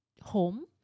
home